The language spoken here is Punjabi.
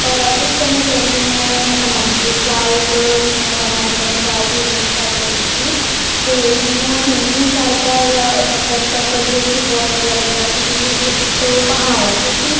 ਕੁਛ ਸਮੇਂ ਪਹਿਲੇ ਮੈਂ ਅਨੰਦਪੁਰ ਸਾਹਿਬ ਮੈਂ ਮਨੀਕਰਨ ਸਾਹਿਬ ਹੇਮਕੁੰਟ ਸਾਹਿਬ ਗਈ ਸੀ ਅਤੇ ਮੈਨੂੰ ਉਹ ਹੇਮਕੁੰਟ ਸਾਹਿਬ ਦਾ ਮਤਲਬ ਸਫ਼ਰ ਜੋ ਸੀ ਬਹੁਤ ਵਧੀਆ ਲੱਗਾ ਸੀ ਕਿਉਂਕਿ ਇੱਕ ਤੋਂ ਉਹ ਪਹਾੜਾਂ 'ਚ ਸੀ